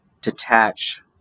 detach